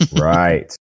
right